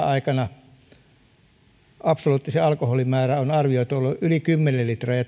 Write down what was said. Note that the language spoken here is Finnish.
aikana absoluuttisen alkoholin määrän on arvioitu olleen yli kymmenen litraa ja